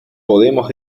podemos